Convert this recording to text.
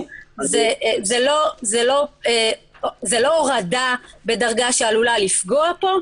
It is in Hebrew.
זה לא הורדה בדרגה שעלולה לפגוע פה,